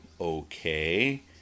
okay